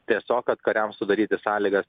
tiesiog kad kariams sudaryti sąlygas